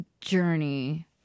journey